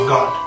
God